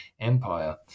Empire